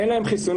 אין להם חיסונים,